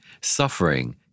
suffering